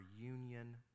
union